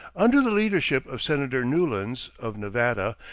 under the leadership of senator newlands, of nevada,